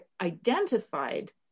identified